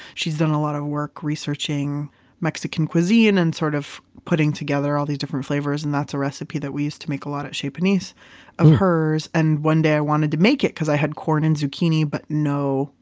she's done a lot of work researching mexican cuisine and sort of putting together all these different flavors and that's a recipe that we used to make a lot at chez panisse of hers. and one day i wanted to make it because i had corn and zucchini, but no.